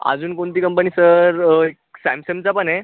अजून कोणती company sir एक सॅमसंगचा पण आहे